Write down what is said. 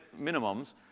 minimums